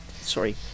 Sorry